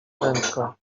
prędko